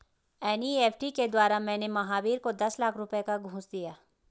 NEFT के द्वारा मैंने महावीर को दस लाख रुपए का घूंस दिया